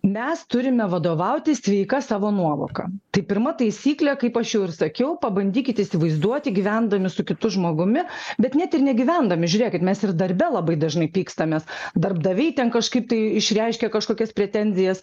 mes turime vadovautis sveika savo nuovoka tai pirma taisyklė kaip aš jau ir sakiau pabandykite įsivaizduoti gyvendami su kitu žmogumi bet net ir negyvendami žiūrėkit mes ir darbe labai dažnai pykstamės darbdaviai ten kažkaip tai išreiškia kažkokias pretenzijas